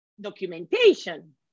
documentation